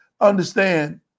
understand